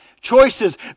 choices